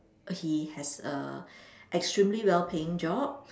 he has a extremely well paying job